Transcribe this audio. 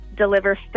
Deliver